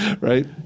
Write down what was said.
Right